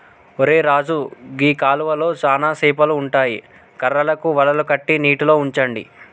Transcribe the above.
ఒరై రాజు గీ కాలువలో చానా సేపలు ఉంటాయి కర్రలకు వలలు కట్టి నీటిలో ఉంచండి